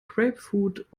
grapefruit